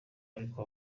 ariko